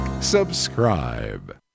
subscribe